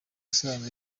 isano